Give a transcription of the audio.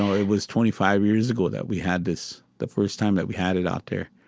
um it was twenty five years ago that we had this. the first time that we had it out there.